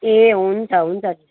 ए हुन्छ हुन्छ